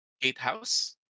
gatehouse